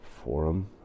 forum